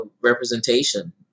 representation